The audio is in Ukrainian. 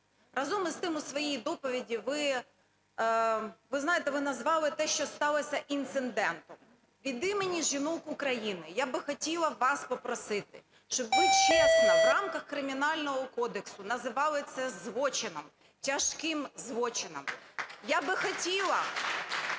Разом із тим, у своїй доповіді ви... ви знаєте, ви назвали те, що сталося, інцидентом. Від імені жінок України я би хотіла вас попросити, щоб ви чесно в рамках Кримінального кодексу називали це злочином, тяжким злочином. Я би хотіла,